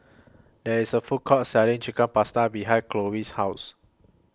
There IS A Food Court Selling Chicken Pasta behind Colie's House